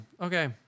Okay